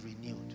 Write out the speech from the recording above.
renewed